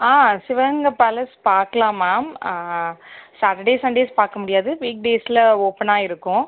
ஆ Sivaganga palace பார்க்கலாம் ma'am Saturday Sundays பார்க்க முடியாது வீக் டேஸில் ஓப்பனாக இருக்கும்